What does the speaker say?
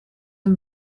een